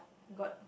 got